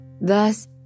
Thus